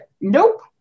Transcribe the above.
nope